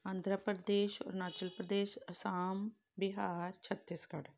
Andhra Pradesh Arunachal Pradesh Assam Bihar Chhattisgarh